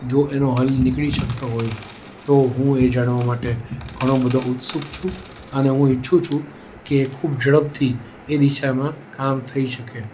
જો એનો હલ નિકળી શકતો હોય તો હું એ જણાવા માટે ઘણો બધો ઉત્સુક છું અને હું ઈચ્છું છું કે ખૂબ ઝડપથી એ દિશામાં કામ થઈ શકે